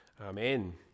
Amen